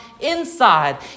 inside